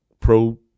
pro